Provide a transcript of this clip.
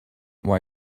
why